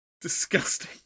Disgusting